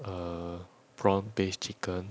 err prawn paste chicken